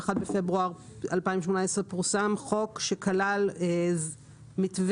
ב-1 בפברואר 2018 פורסם חוק שכלל מתווה